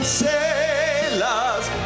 sailors